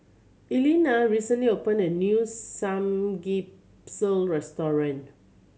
Elena recently opened a new Samgyeopsal restaurant